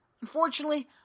unfortunately